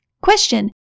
Question